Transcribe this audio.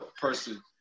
person